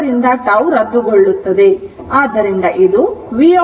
ಆದ್ದರಿಂದ τ ರದ್ದುಗೊಳ್ಳುತ್ತದೆ